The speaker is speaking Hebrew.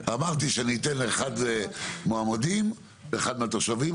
אמרתי שאני אתן אחד מועמדים ואחד מהתושבים,